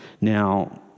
Now